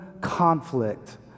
conflict